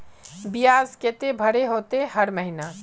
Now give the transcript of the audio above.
बियाज केते भरे होते हर महीना?